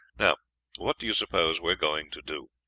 now what do you suppose we are going to do?